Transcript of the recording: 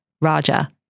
Raja